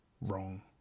wrong